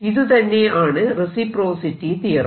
ഇത് തന്നെ ആണ് റെസിപ്രോസിറ്റി തിയറം